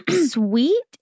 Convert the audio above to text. Sweet